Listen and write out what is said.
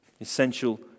Essential